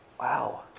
Wow